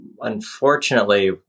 unfortunately